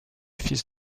fils